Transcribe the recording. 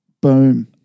Boom